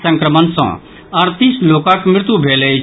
संक्रमण सँ अड़तीस लोकक मृत्यु भेल अछि